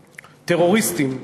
טרוריסטים,